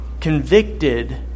convicted